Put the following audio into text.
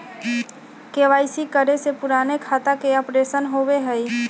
KYC करें से पुराने खाता के अपडेशन होवेई?